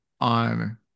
on